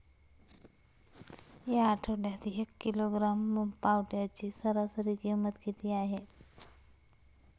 या आठवड्यात एक किलोग्रॅम पावट्याची सरासरी किंमत किती आहे?